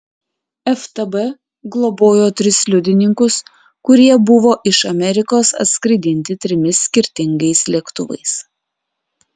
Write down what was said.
ftb globojo tris liudininkus kurie buvo iš amerikos atskraidinti trimis skirtingais lėktuvais